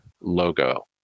logo